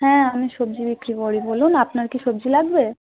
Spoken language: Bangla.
হ্যাঁ আমি সবজি বিক্রি করি বলুন আপনার কি সবজি লাগবে